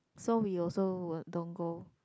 so we also don't go